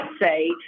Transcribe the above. say